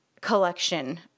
collection